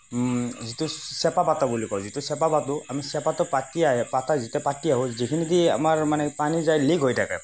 যিটো চেপা পাতা বুলি কয় যিটো চেপা পাতো আমি চেপাটো পাতাই পাতি যিটে পাতি আহোঁ যিখিনি দি আমাৰ মানে পানী যাই লিক্ হৈ থাকে